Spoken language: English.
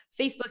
Facebook